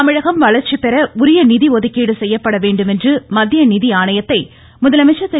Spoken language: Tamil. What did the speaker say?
தமிழகம் வளர்ச்சி பெற உரிய நிதி ஒதுக்கீடு செய்யப்பட வேண்டும் என்று மத்திய நிதி ஆணையத்தை முதலமைச்சர் திரு